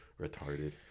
retarded